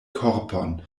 korpon